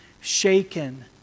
shaken